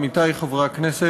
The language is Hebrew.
עמיתי חברי הכנסת,